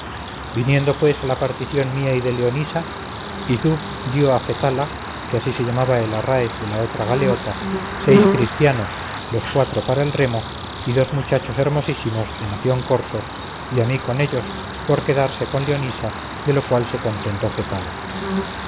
viniendo pues a la partición mía y de leonisa yzuf dio a fetala que así se llamaba el arráez de la otra galeota seis cristianos los cuatro para el remo y dos muchachos hermosísimos de nación corsos y a mí con ellos por quedarse con leonisa de lo cual se contentó fetala